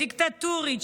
דיקטטורית,